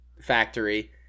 factory